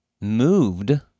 moved